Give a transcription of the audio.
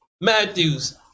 Matthew's